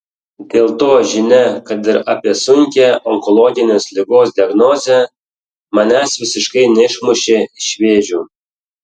dėl to žinia kad ir apie sunkią onkologinės ligos diagnozę manęs visiškai neišmušė iš vėžių